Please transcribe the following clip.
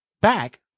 back